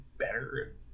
better